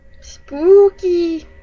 Spooky